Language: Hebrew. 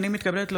מתכבדת להודיעכם,